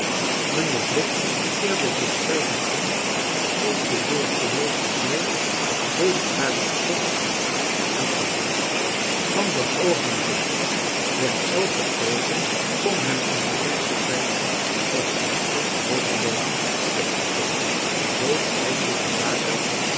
mijnheer blik keerde zich zwijgend om sloot de deur voor meesters neus deed haar op slot en verdween van dat oogenblik af werd elke poging om hem in de kerk te krijgen als volstrekt hopeloos opgegeven zoo stonden de zaken